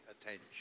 attention